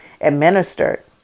administered